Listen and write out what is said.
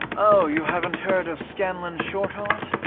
oh, you haven't heard of scanlan shorthalt?